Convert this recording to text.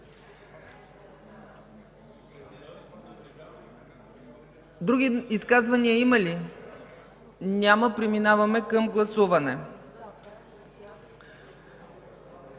други изказвания? Няма. Преминаваме към гласуване.